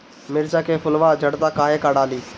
मिरचा के फुलवा झड़ता काहे का डाली?